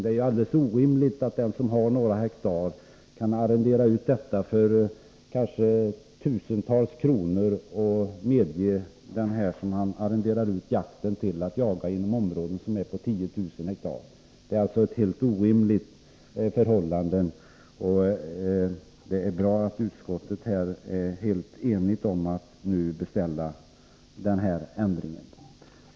Det är helt orimligt att den som äger några hektar mark kan arrendera ut jakträtten för kanske tusentals kronor och därmed medge den som arrenderar jakträtten att jaga inom ett område på kanske 10 000 hektar. Det är, som sagt, ett orimligt förhållande. Det är bra att utskottet är enigt om att nu beställa en lagändring.